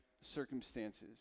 circumstances